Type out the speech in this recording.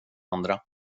andra